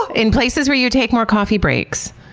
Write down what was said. in places where you take more coffee breaks,